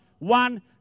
One